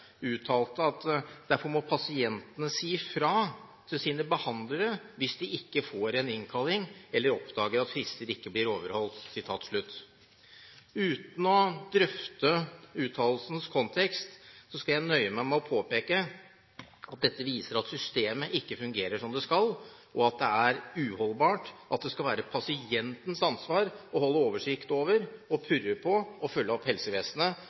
uttalte: «Derfor må pasientene si fra til sine behandlere hvis de ikke får en innkalling, eller oppdager at frister ikke blir overholdt.» Uten å drøfte uttalelsens kontekst skal jeg nøye meg med å påpeke at dette viser at systemet ikke fungerer som det skal, og at det er uholdbart at det skal være pasientens ansvar å holde oversikt over, purre på og følge opp helsevesenet,